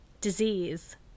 Disease